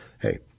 hey